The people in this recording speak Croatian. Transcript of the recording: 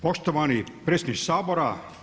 Poštovani predsjedniče Sabora.